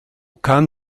kann